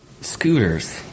scooters